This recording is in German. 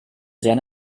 sehr